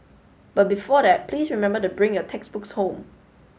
but before that please remember the bring your textbooks home